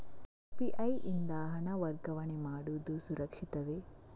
UPI ಯಿಂದ ಹಣ ವರ್ಗಾವಣೆ ಮಾಡುವುದು ಸುರಕ್ಷಿತವೇ?